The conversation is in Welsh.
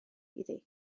iddi